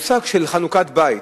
המושג של חנוכת בית,